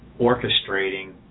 orchestrating